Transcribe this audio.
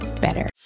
better